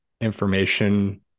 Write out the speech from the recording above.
information